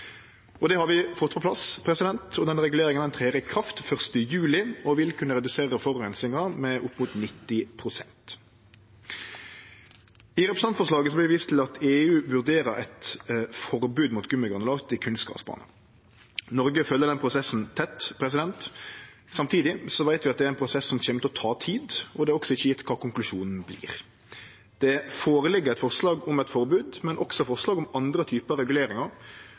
Det har vi fått på plass. Reguleringa trer i kraft 1. juli og vil kunne redusere forureininga med opp mot 90 pst. I representantforslaget vert det vist til at EU vurderer eit forbod mot gummigranulat på kunstgrasbaner. Noreg følgjer den prosessen tett. Samtidig veit vi at det er ein prosess som kjem til å ta tid, og det er heller ikkje gjeve kva konklusjonen vert. Det ligg føre eit forslag om forbod, men også forslag om andre typar reguleringar